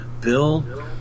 Bill